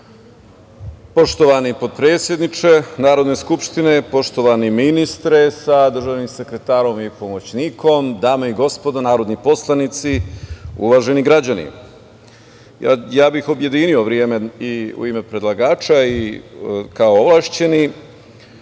Poštovani potpredsedniče Narodne skupštine, poštovani ministre sa državnim sekretarom i pomoćnikom, dame i gospod narodni poslanici, uvaženi građani, ja bih objedinio vreme i u ime predlagača i kao ovlašćeni,